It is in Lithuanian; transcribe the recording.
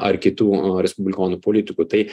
ar kitų respublikonų politikų tai